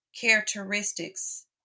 characteristics